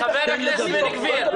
--- חבר הכנסת בן גביר.